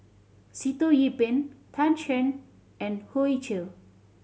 Sitoh Yih Pin Tan Shen and Hoey Choo